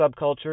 subculture